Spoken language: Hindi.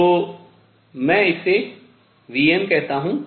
तो मैं इसे vn कहता हूँ